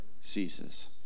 ceases